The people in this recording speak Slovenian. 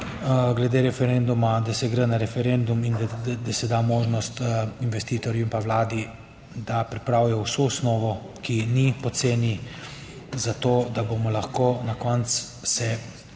glede referenduma, da se gre na referendum in da se da možnost investitorju in pa Vladi, da pripravijo vso osnovo, ki ni poceni za to, da bomo lahko na koncu se pravilno